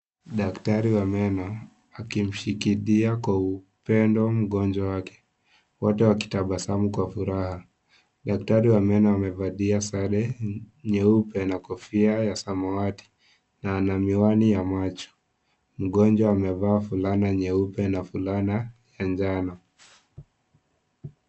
Daktari wa meno akimshikilia kwa upendo mgonjwa wake wote wakitabasamu kwa furaha daktari wa meno amevalia sare nyeupe na kofia ya samawati na ana miwani ya macho mgonjwa amevaa fulana nyeupe na fulana ya njano.